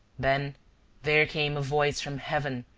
then there came a voice from heaven,